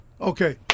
Okay